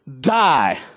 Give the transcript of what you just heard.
die